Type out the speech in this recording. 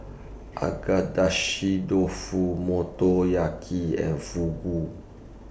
Agedashi Dofu Motoyaki and Fugu